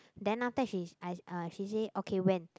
then after that she I uh she say okay when